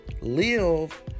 live